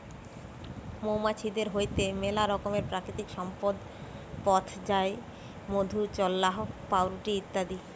মৌমাছিদের হইতে মেলা রকমের প্রাকৃতিক সম্পদ পথ যায় মধু, চাল্লাহ, পাউরুটি ইত্যাদি